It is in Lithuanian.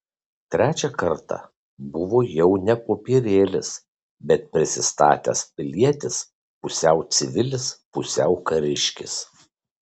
trečią kartą buvo jau ne popierėlis bet prisistatęs pilietis pusiau civilis pusiau kariškis